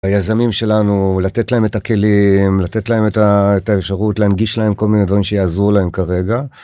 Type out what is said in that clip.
היזמים שלנו, לתת להם את הכלים, לתת להם את האפשרות, להנגיש להם כל מיני דברים שיעזור להם כרגע.